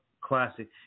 Classic